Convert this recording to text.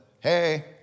hey